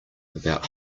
about